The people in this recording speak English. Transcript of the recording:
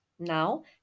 Now